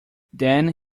then